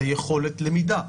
זו יכולת למידה.